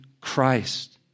Christ